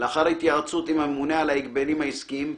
לאחר התייעצות עם הממונה על ההגבלים העסקיים,